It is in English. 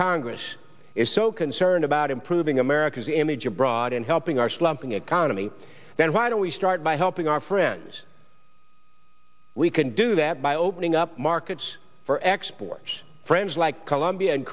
congress is so concerned about improving america's image abroad and helping our slumping economy then why don't we start by helping our friends we can do that by opening up markets for exports friends like colombia